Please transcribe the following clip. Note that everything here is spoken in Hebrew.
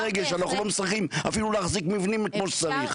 רגל שאנחנו לא מצליחים אפילו להחזיק מבנים כמו שצריך.